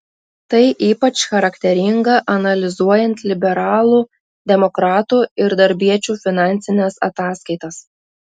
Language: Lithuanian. tai ypač charakteringa analizuojant liberalų demokratų ir darbiečių finansines ataskaitas